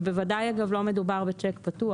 ובוודאי לא מדובר בצ'ק פתוח.